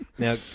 Now